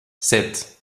sept